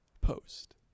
post